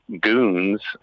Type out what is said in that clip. goons